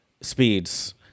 speeds